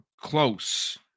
close